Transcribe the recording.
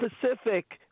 Pacific